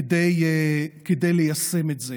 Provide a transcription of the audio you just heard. תעשה את זה.